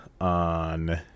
on